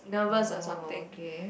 oh okay